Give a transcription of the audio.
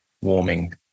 warming